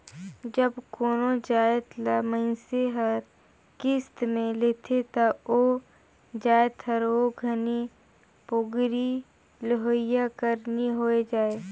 जब कोनो जाएत ल मइनसे हर किस्त में लेथे ता ओ जाएत हर ओ घनी पोगरी लेहोइया कर नी होए जाए